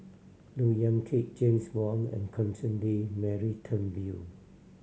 Look Yan Kit James Wong and Mary Turnbull